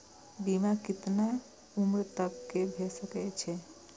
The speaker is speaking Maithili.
बीमा केतना उम्र तक के भे सके छै?